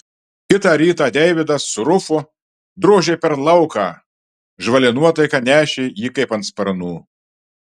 kitą rytą deividas su rufu drožė per lauką žvali nuotaika nešė jį kaip ant sparnų